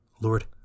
Lord